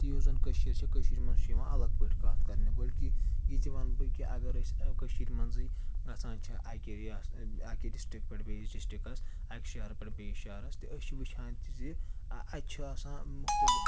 تہِ یُس زَن کٔشیٖر چھےٚ کٔشیٖرِ منٛز چھُ یِوان اَلَگ پٲٹھۍ کَتھ کَرنہِ بٔلکہِ یہِ تہِ وَنہٕ بہٕ کہِ اَگر أسۍ کٔشیٖر منٛزٕے گَژھان چھِ اَکہِ رِیاس اَکہِ ڈِسٹِرٛک پٮ۪ٹھ بیٚیِس ڈِسٹِرٛکَس اَکہِ شَہرٕ پٮ۪ٹھ بیٚیِس شَہرَس تہِ أسۍ چھِ وٕچھان تہِ زِ اَتہِ چھُ آسان مُختلف